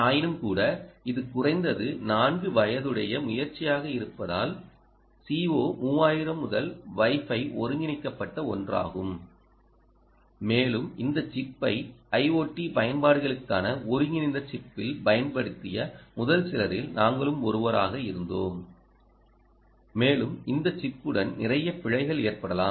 ஆயினும்கூட இது குறைந்தது நான்கு வயதுடைய முயற்சியாக இருப்பதால் CO 3000 முதல் வைஃபை ஒருங்கிணைக்கப்பட்ட ஒன்றாகும் மேலும் இந்த சிப்பை ஐஓடி பயன்பாடுகளுக்கான ஒருங்கிணைந்த சிப்பில் பயன்படுத்திய முதல் சிலரில் நாங்கள் ஒருவராக இருந்தோம் மேலும் இந்த சிப்புடன் நிறைய பிழைகள் ஏற்படலாம்